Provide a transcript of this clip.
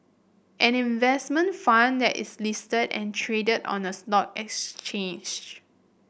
an investment fund that is listed and traded on a stock exchange